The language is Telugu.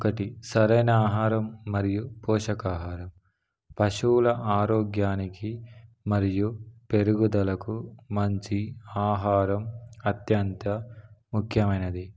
ఒకటి సరైన ఆహారం మరియు పోషకాహారం పశువుల ఆరోగ్యానికి మరియు పెరుగుదలకు మంచి ఆహారం అత్యంత ముఖ్యమైనది